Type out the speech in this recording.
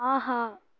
ஆஹா